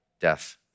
death